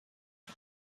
que